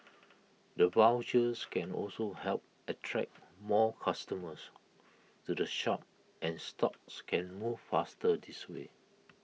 the vouchers can also help attract more customers to the shop and stocks can move faster this way